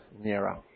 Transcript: nearer